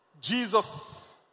Jesus